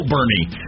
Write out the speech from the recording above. Bernie